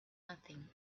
nothing